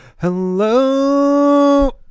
hello